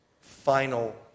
final